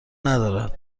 ندارد